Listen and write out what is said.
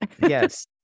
yes